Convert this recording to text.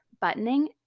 buttoning